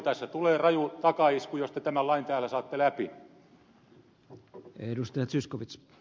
tässä tulee raju takaisku jos te tämän lain täällä saatte läpi